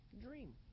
dream